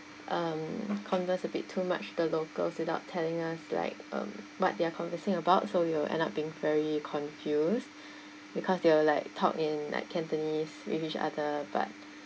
um converse a bit too much the locals without telling us like um what they're conversing about so we will end up being very confused because they will like talk in like cantonese with each other but